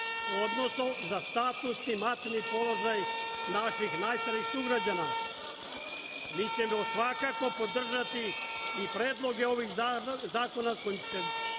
odnosno za status i maternji položaj naših najstarijih sugrađana mi ćemo svakako podržati i predloge ovih zakona koji se